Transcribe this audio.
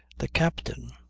the captain.